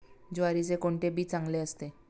ज्वारीचे कोणते बी चांगले असते?